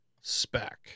spec